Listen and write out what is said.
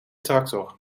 tractor